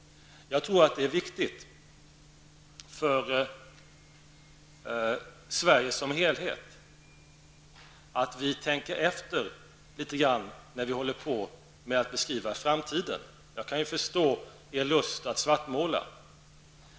Jag tror att det är viktigt för Sverige som helhet att vi tänker efter litet grand när vi håller på att beskriva framtiden. Jag kan förstå er lust att svartmåla.